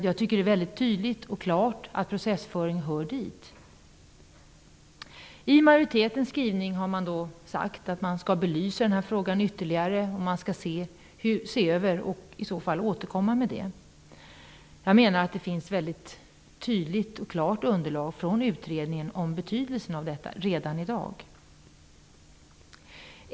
Jag tycker att det är tydligt och klart att processföringen hör dit. Av majoritetens skrivning framgår att frågan skall belysas ytterligare och att man skall återkomma i frågan. Jag menar att det finns ett tydligt och klart underlag från utredningen om betydelsen av processföringen redan i dag.